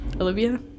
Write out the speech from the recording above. Olivia